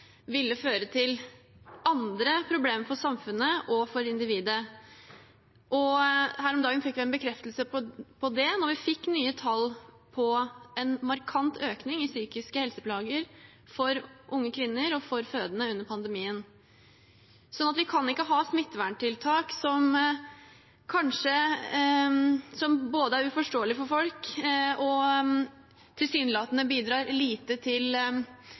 ville føre til andre problemer for samfunnet og for individet. Her om dagen fikk vi en bekreftelse på det, da vi fikk tall som viste en markant økning i psykiske helseplager hos unge kvinner og hos fødende under pandemien. Vi kan ikke ha smitteverntiltak som både er uforståelige for folk og tilsynelatende bidrar lite til